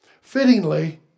fittingly